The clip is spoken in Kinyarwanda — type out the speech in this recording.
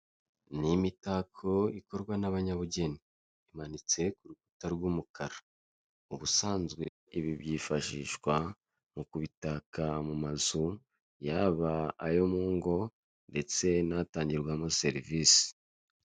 Ni imitako ikorwa n'abanyabugeni, imanitse ku rukuta rw'umukara ubusanzwe ibi byifashishwa mu kubitaka mu mazu, yaba ayo mu ngo ndetse n'ahatangirwamo serivisi.